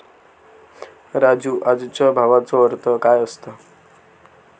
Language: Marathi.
राजू, आजच्या भावाचो अर्थ काय असता?